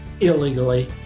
illegally